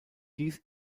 dies